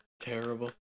Terrible